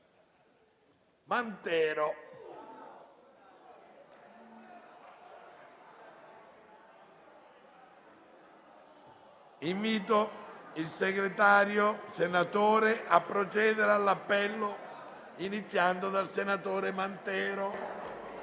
Mantero).* Invito il senatore Segretario a procedere all'appello, iniziando dal senatore Mantero.